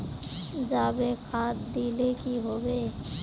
जाबे खाद दिले की होबे?